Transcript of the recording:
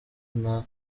nta